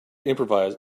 improvise